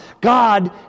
God